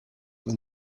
when